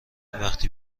وقتی